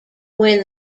win